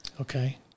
okay